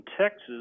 Texas